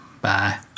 Bye